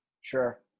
Sure